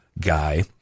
guy